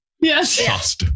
Yes